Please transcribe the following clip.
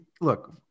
Look